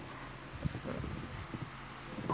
where got hundred dollars enough